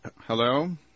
hello